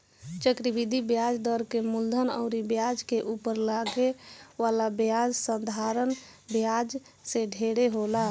चक्रवृद्धि ब्याज दर के मूलधन अउर ब्याज के उपर लागे वाला ब्याज साधारण ब्याज से ढेर होला